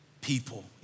people